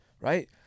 right